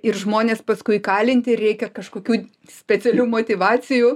ir žmonės paskui įkalinti ir reikia kažkokių specialių motyvacijų